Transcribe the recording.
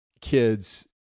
kids